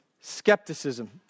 Skepticism